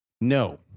No